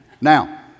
Now